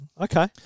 Okay